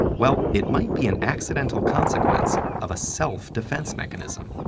well, it might be an accidental consequence of a self-defense mechanism.